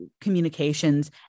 communications